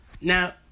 Now